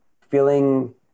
feeling